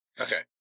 Okay